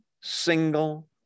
single